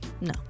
no